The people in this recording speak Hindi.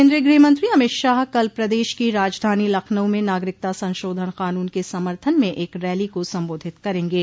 केन्द्रीय गृह मंत्री अमित शाह कल प्रदेश की राजधानी लखनऊ में नागरिकता संशोधन कानून के समर्थन में एक रैली को संबोधित करेंगे